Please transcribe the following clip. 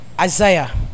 Isaiah